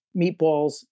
meatballs